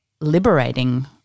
liberating